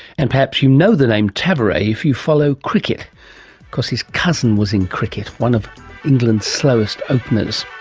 and perhaps you know the name tavare if you follow cricket because his cousin was in cricket, one of england's slowest openers